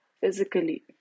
physically